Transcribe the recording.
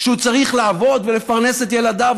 שהוא צריך לעבוד ולפרנס את ילדיו,